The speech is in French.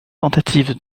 tentative